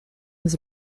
was